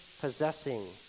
possessing